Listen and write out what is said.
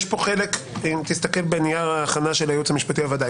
אם תסתכל בנייר ההכנה של הייעוץ המשפטי לוועדה,